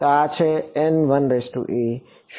તો આ છે શું